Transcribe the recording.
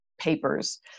papers